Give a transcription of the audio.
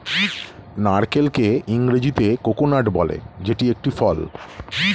নারকেলকে ইংরেজিতে কোকোনাট বলে যেটি একটি ফল